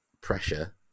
pressure